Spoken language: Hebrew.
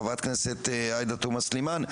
חברת הכנסת עאידה תומה סלימאן,